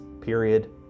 Period